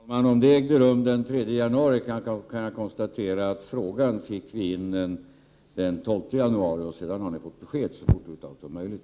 Herr talman! Om det ägde rum den 3 januari kan jag konstatera att vi fick in denna fråga den 12 januari och att ni har fått besked så fort det över huvud taget var möjligt.